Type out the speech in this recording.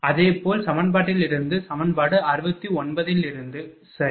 அதேபோல் சமன்பாட்டிலிருந்து சமன்பாடு 69 இலிருந்து சரி